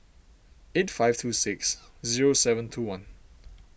eight five two six zero seven two one